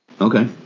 Okay